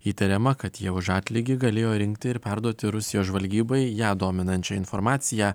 įtariama kad jie už atlygį galėjo rinkti ir perduoti rusijos žvalgybai ją dominančią informaciją